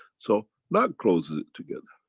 so, that closes it together.